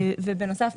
ובנוסף,